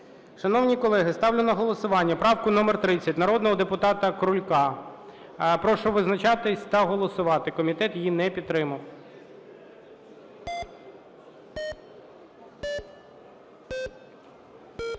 Шановні колеги, ставлю на голосування правку номер 30 народного депутата Крулька. Прошу визначатись та голосувати, комітет її не підтримав. 13:27:09